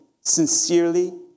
sincerely